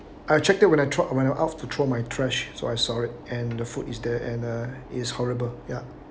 I checked it when I throw when I out to throw my trash so I saw it and the food is there and uh is horrible ya